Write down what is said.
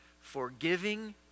forgiving